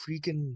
freaking